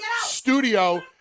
studio-